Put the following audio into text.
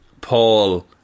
Paul